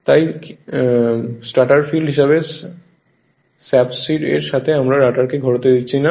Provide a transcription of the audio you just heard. তাই কিন্তু stator field হিসাবে সাস্পিড এর সাথে আমরা রটারকে ঘোরাতে দিচ্ছি না